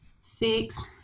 six